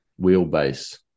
wheelbase